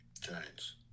Giants